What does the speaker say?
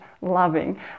loving